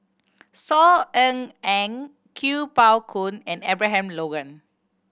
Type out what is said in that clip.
Saw Ean Ang Kuo Pao Kun and Abraham Logan